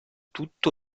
tutto